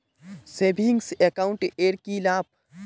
Savings account এর কি লাভ?